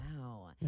Wow